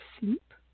sleep